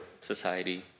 society